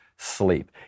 Sleep